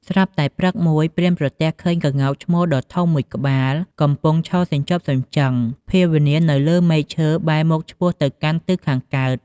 ស្រាប់តែព្រឹកមួយព្រានប្រទះឃើញក្ងោកឈ្មោលដ៏ធំមួយក្បាលកំពុងតែឈរសញ្ជប់សញ្ជឹងភាវនានៅលើមែកឈើបែរមុខឆ្ពោះទៅកាន់ទិសខាងកើត។